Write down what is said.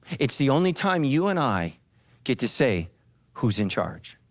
it's the only time you and i get to say who's in charge,